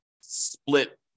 split